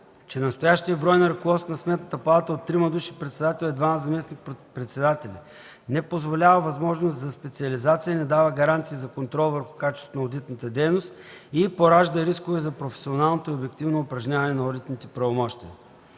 че настоящият брой на ръководството на Сметната палата от трима души – председател и двама заместник-председатели, не позволява възможност за специализация, не дава гаранции за контрол върху качеството на одитната дейност и поражда рискове за професионалното и обективно упражняване на одитните правомощия.